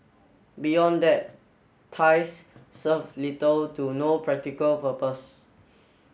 beyond that ties serve little to no practical purpose